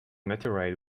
meteorite